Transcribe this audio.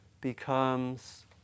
becomes